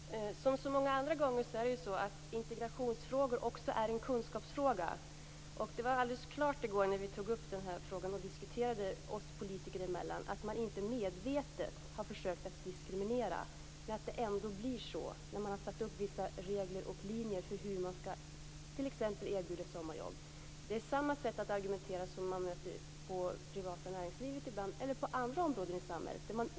Fru talman! Som så många andra gånger visade det sig att integrationsfrågor också är kunskapsfrågor. Det var alldeles klart i går, när vi tog upp den här frågan och diskuterade oss politiker emellan, att man inte medvetet har försökt att diskriminera. Ändå blir det så när man har satt upp vissa regler och linjer för hur man t.ex. skall erbjuda sommarjobb. Det är samma sätt att argumentera som man möter i det privata näringslivet ibland eller på andra områden i samhället.